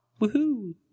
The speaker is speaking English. Woohoo